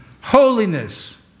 holiness